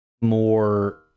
more